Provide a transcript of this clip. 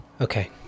Okay